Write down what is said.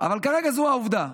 אבל כרגע זו העובדה.